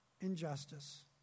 injustice